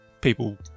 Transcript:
people